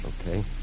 Okay